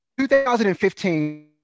2015